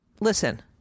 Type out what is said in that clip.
Listen